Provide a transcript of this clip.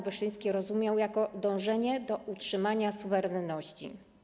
Wyszyński rozumiał jako dążenie do utrzymania suwerenności.